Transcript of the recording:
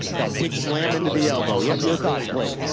that big slam into the elbow, yep your thoughts blake.